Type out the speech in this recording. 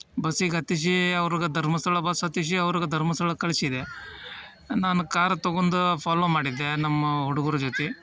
ಬಸ್ಸಿಗೆ ಹತ್ತಿಶಿ ಅವ್ರಿಗ ಧರ್ಮಸ್ಥಳ ಬಸ್ ಹತ್ತಿಶಿ ಅವ್ರಿಗ ಧರ್ಮಸ್ಥಳ ಕಳಿಸಿದೆ ನಾನು ಕಾರ್ ತೊಗೊಂಡು ಫಾಲೊ ಮಾಡಿದ್ದೆ ನಮ್ಮ ಹುಡುಗ್ರ ಜೊತೆ